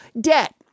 debt